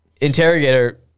interrogator